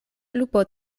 lupo